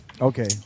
Okay